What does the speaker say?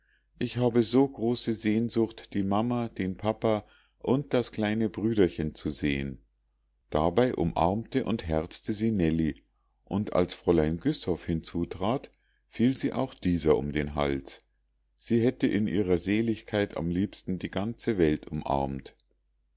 ich habe so große sehnsucht die mama den papa und das kleine brüderchen zu sehen dabei umarmte und herzte sie nellie und als fräulein güssow hinzutrat fiel sie auch dieser um den hals sie hätte in ihrer seligkeit am liebsten die ganze welt umarmt